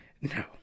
No